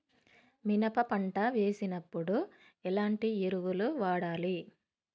మినప పంట వేసినప్పుడు ఎలాంటి ఎరువులు వాడాలి?